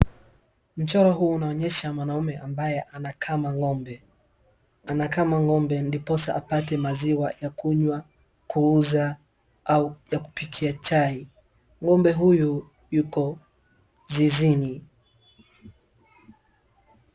Mchoro huu unaonyesha mwanaume ambaye anakama ng'ombe. Anakama ng'ombe ndiposa apate maziwa ya kunywa, kuuza au ya kupikia chai. Ng'ombe huyu yuko zizini.